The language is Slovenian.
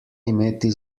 imeti